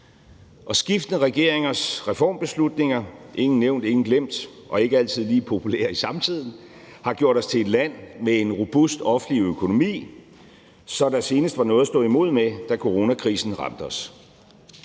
Og skiftende regeringers reformbeslutninger – ingen nævnt, ingen glemt, og ikke altid lige populære i samtiden – har gjort os til et land med en robust offentlig økonomi, så der senest var noget at stå imod med, da coronakrisen ramte os.